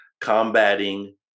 combating